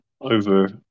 over